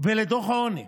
ולדוח העוני?